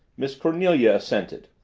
miss cornelia assented.